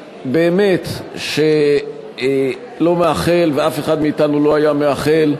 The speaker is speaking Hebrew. באמת, שאני לא מאחל, ואף אחד מאתנו לא היה מאחל,